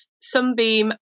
Sunbeam